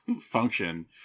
function